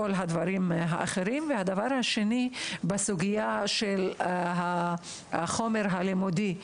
וכן, בסוגיה של החומר הלימודי.